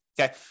Okay